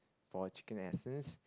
for chicken essence